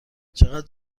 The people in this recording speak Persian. چقدر